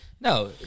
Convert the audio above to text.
No